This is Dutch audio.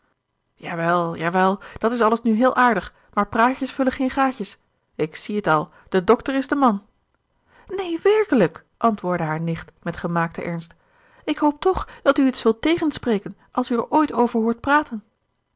jawel jawel dat is alles nu heel aardig maar praatjes vullen geen gaatjes ik zie t al de dokter is de man neen werkelijk antwoordde haar nicht met gemaakten ernst ik hoop toch dat u het zult tegenspreken als u er ooit over hoort praten